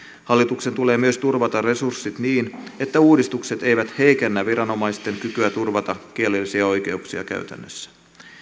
hallituksen tulee myös turvata resurssit niin että uudistukset eivät heikennä viranomaisten kykyä turvata kielellisiä oikeuksia käytännössä